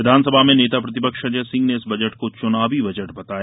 विधानसभा में नेता प्रतिपक्ष अजय सिंह ने इस बजट को चुनावी बजट बताया